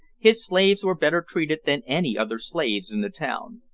his slaves were better treated than any other slaves in the town.